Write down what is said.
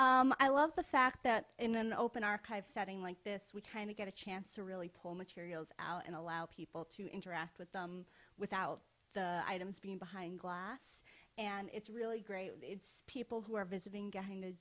i love the fact that in an open archive setting like this we kind of get a chance to really pull materials out and allow people to interact with them without the items being behind glass and it's really great people who are visiting getting to